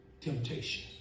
temptation